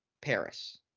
Paris